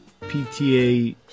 PTA